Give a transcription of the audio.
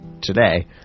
today